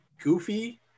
goofy